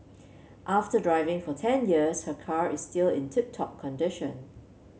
after driving for ten years her car is still in tip top condition